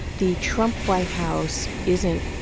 the trump white house isn't,